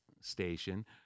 station